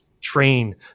train